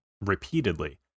repeatedly